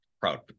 proud